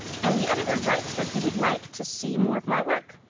and the editor writes that he would like to see more of my work.